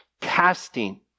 Casting